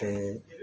ते